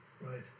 Right